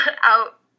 out